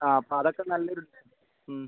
ആ അപ്പോൾ അതൊക്കെ നല്ല രുചി മ്